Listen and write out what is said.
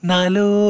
Nalu